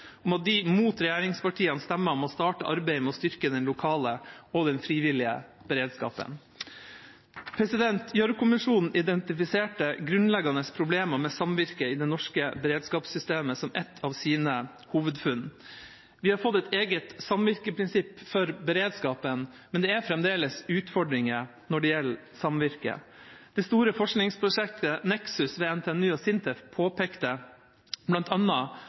om at de, mot regjeringspartienes stemmer, må starte arbeidet med å styrke den lokale og den frivillige beredskapen. Gjørv-kommisjonen identifiserte grunnleggende problemer med samvirket i det norske beredskapssystemet som et av sine hovedfunn. Vi har fått et eget samvirkeprinsipp for beredskapen, men det er fremdeles utfordringer når det gjelder samvirke. Det store forskningsprosjektet Nexus ved NTNU og SINTEF påpekte